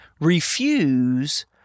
Refuse